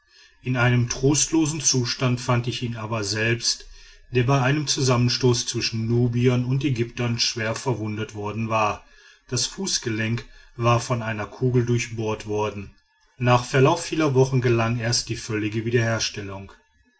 in einem trostlosen zustand fand ich aber ihn selbst der bei einen zusammenstoß zwischen nubiern und ägyptern schwer verwundet worden war das fußgelenk war von einer kugel durchbohrt worden nach verlauf vieler wochen gelang erst die völlige wiederherstellung